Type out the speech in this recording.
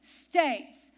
states